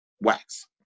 Wax